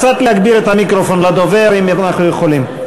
קצת להגביר את המיקרופון לדובר, אם אנחנו יכולים.